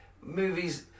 Movies